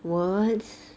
words